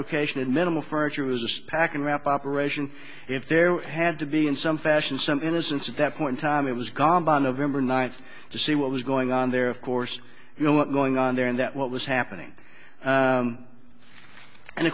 location and minimal furniture was just packing up operation if there had to be in some fashion some innocence at that point time it was gone by november ninth to see what was going on there of course you know what going on there in that what was happening